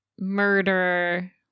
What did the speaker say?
murder